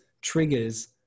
triggers